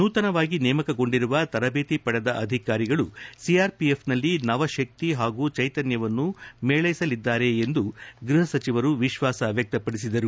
ನೂತನವಾಗಿ ನೇಮಕಗೊಂಡಿರುವ ತರಬೇತಿ ಪಡೆದ ಅಧಿಕಾರಿಗಳು ಸಿಆರ್ಪಿಎಫ್ನಲ್ಲಿ ನವಶಕ್ತಿ ಹಾಗೂ ಚೈತನ್ಥವನ್ನು ಮೇಳೈಸಲಿದ್ದಾರೆ ಎಂದು ಗೃಹ ಸಚಿವರು ವಿಶ್ವಾಸ ವಕ್ಷಪಡಿಸಿದರು